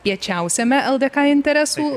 piečiausiame ldk interesų